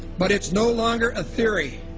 but it's no longer a theory,